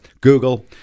Google